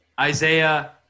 Isaiah